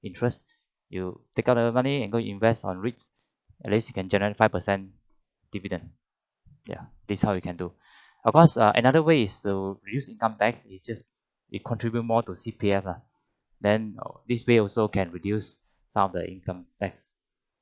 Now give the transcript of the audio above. interest you take out the money and go invest on REITS at least you can generate five per cent dividend ya that's how you can do of course uh another way is to reduce income tax is just you contribute more to C_P_F lah then oh this way also can reduce some of the income tax